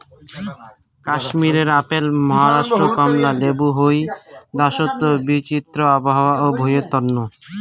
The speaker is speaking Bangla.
কাশ্মীরে আপেল, মহারাষ্ট্রে কমলা লেবু হই দ্যাশোত বিচিত্র আবহাওয়া ও ভুঁইয়ের তন্ন